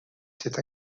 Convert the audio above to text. cet